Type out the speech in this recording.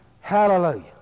Hallelujah